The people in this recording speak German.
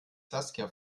saskia